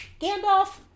Gandalf